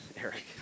Eric